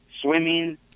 swimming